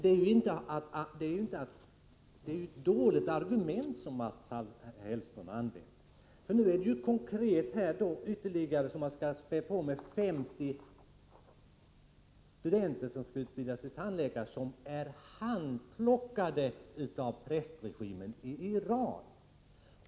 Det är i alla fall ett dåligt argument Mats Hellström använder. Nu är det ju konkret så att man skall spä på med ytterligare 50 studenter som skall utbildas till tandläkare, som är handplockade av prästregimen i Iran.